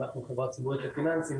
אנחנו חברה ציבורית לפיננסים,